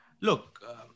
look